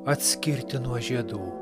atskirti nuo žiedų